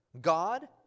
God